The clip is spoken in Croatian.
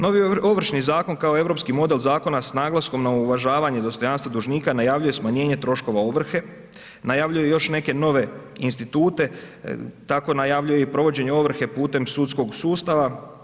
Novi Ovršni zakon kao europski model zakona sa naglaskom na uvažavanje dostojanstva dužnika najavljuje smanjenje troškova ovrhe, najavljuje još neke nove institute, tako najavljuje i provođenje ovrhe putem sudskog sustava.